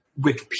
Wikipedia